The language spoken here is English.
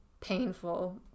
painful